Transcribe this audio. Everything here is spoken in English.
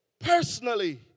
Personally